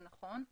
זה נכון,